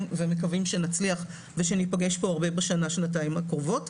ומקווים שנצליח ושניפגש פה הרבה בשנה-שנתיים הקרובות.